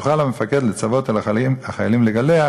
יוכל המפקד לצוות על החיילים לגלח